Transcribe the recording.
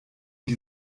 die